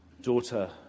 Daughter